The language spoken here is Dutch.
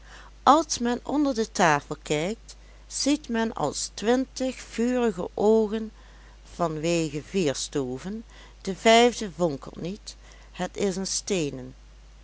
als men onder de tafel kijkt ziet men als twintig vurige oogen van wege vier stoven de vijfde vonkelt niet het is een steenen